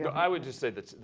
but i would just say that,